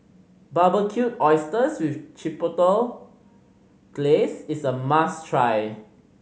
Barbecued Oysters with Chipotle Glaze is a must try